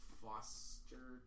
foster